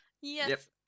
Yes